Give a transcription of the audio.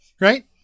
Right